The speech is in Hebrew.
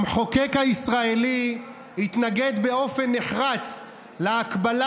המחוקק הישראלי התנגד באופן נחרץ להקבלה